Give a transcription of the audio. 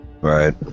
Right